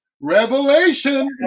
Revelation